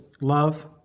love